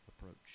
approach